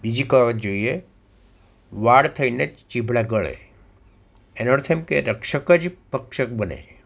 બીજી કહેવત જોઈએ વાડ થઈ ને ચીભડા ગળે એનો અર્થ એમ કે રક્ષક જ ભક્ષક બને